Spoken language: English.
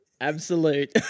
Absolute